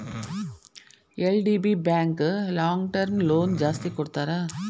LDB bank long term loan ಜಾಸ್ತಿ ಕೊಡ್ತಾರ